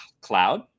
cloud